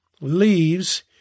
leaves